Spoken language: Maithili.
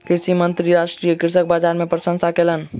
कृषि मंत्री राष्ट्रीय कृषि बाजार के प्रशंसा कयलैन